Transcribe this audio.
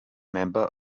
member